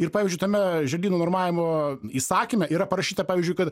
ir pavyzdžiui tame žirgyno normavimo įsakyme yra parašyta pavyzdžiui kad